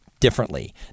differently